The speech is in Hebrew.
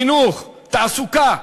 חינוך, תעסוקה.